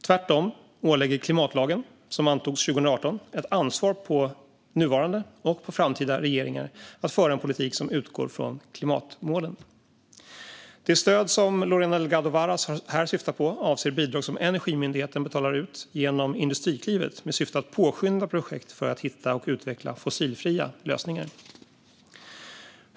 Tvärtom lägger klimatlagen, som antogs 2018, ett ansvar på nuvarande och framtida regeringar att föra en politik som utgår från klimatmålen. Det stöd som Lorena Delgado Varas här syftar på avser bidrag som Energimyndigheten betalar ut genom Industriklivet med syfte att påskynda projekt för att hitta och utveckla fossilfria lösningar.